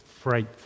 freight